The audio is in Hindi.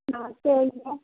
नमस्ते भैया